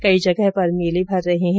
कई जगहों पर मेले भर रहे हैं